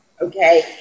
okay